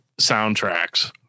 soundtracks